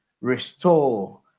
restore